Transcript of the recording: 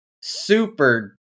super